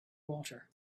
water